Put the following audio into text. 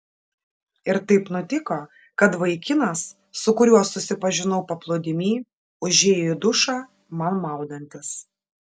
ir taip nutiko kad vaikinas su kuriuo susipažinau paplūdimy užėjo į dušą man maudantis